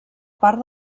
part